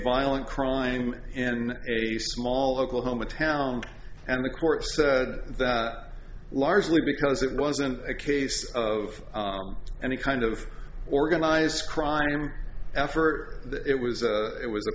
violent crime in a small oklahoma town and the court said that largely because it wasn't a case of any kind of organized crime effort that it was a it was a